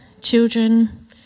children